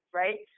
right